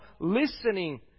listening